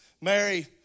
Mary